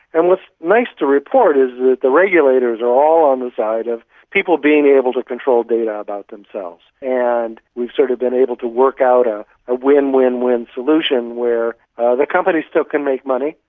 and what's nice to report is that the regulators are all on the side of people being able to control data about themselves. and we've sort of been able to work out a win-win-win solution where ah the companies still can make money,